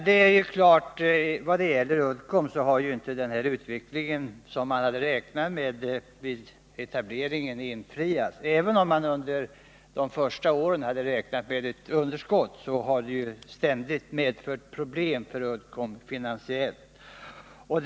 Det är klart att den utveckling för Uddeomb som man hade räknat med vid företagets etablering inte har blivit verklighet. Även om man hade räknat med ett underskott under de första åren har företaget ständigt haft finansiella problem.